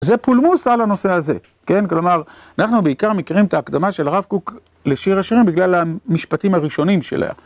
זה פולמוס על הנושא הזה, כן? כלומר, אנחנו בעיקר מכירים את ההקדמה של הרב קוק לשיר השירים בגלל המשפטים הראשונים שלה.